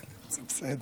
זה בסדר.